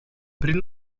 prin